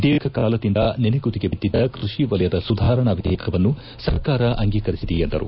ದೀರ್ಘಕಾಲದಿಂದ ನನೆಗುದಿಗೆ ಐದ್ದಿದ್ದ ಕೃಷಿ ವಲಯದ ಸುಧಾರಣಾ ವಿಧೇಯಕವನ್ನು ಸರ್ಕಾರ ಅಂಗೀಕರಿಸಿದೆ ಎಂದರು